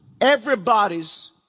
Everybody's